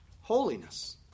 holiness